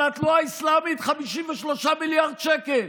אבל התנועה האסלאמית, 53 מיליארד שקל.